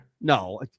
No